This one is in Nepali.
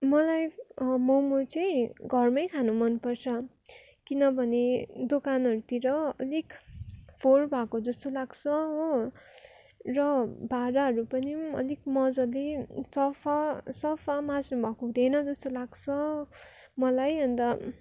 मलाई मम चाहिँ घरमा खानु मन पर्छ किनभने दोकानहरूतिर अलिक फोहर भएको जस्तो लाग्छ हो र भाँडाहरू पनि अलिक मजाले सफा सफा माझ्नु भएको हुँदैन जस्तो लाग्छ मलाई अन्त